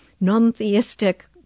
non-theistic